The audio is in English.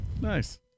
Nice